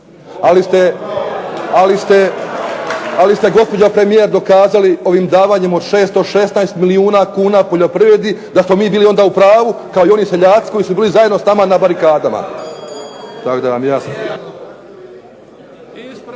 Ali ste gospođo premijer dokazali ovim davanjem od 616 milijuna kuna poljoprivredi, da smo mi bili onda u pravu kao i oni seljaci koji su bili zajedno s nama na barikadama. Tako da vam je jasno.